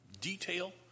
detail